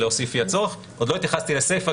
עוד לא התייחסתי לסיפא,